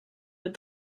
with